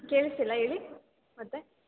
ಕೇಳಿಸ್ತಿಲ್ಲ ಹೇಳಿ ಮತ್ತೆ